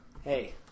hey